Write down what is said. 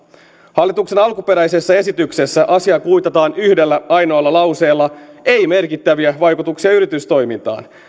hallituksen alkuperäisessä esityksessä asia kuitataan yhdellä ainoalla lauseella ei merkittäviä vaikutuksia yritystoimintaan